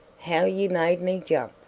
how you made me jump!